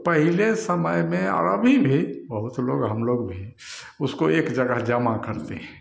तो पहले समय में और अभी भी बहुत लोग हमलोग भी उसको एक जगह जमा करते हैं